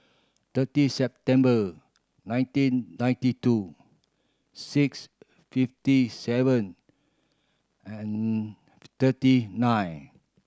thirty September nineteen ninety two six fifty seven and thirty nine